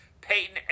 Peyton